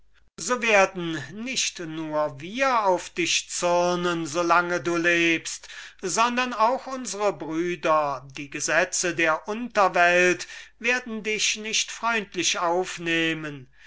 so werden nicht nur wir auf dich zürnen solange du lebst sondern auch unsere brüder die gesetze der unterwelt werden dich nicht freundlich aufnehmen